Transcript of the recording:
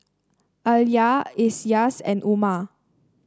Alya Elyas and Umar